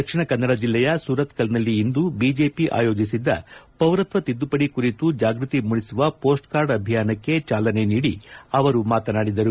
ದಕ್ಷಿಣ ಕನ್ನಡ ಜಿಲ್ಲೆಯ ಸುರತ್ಕಲ್ನಲ್ಲಿ ಇಂದು ಬಿಜೆಪಿ ಆಯೋಜಿಸಿದ್ದ ಪೌರತ್ವ ತಿದ್ದುಪಡಿ ಕುರಿತು ಜಾಗೃತಿ ಮೂಡಿಸುವ ಪೋಸ್ಟ್ ಕಾರ್ಡ್ ಅಭಿಯಾನಕ್ಕೆ ಚಾಲನೆ ನೀಡಿ ಅವರು ಮಾತನಾಡಿದರು